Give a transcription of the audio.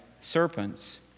serpents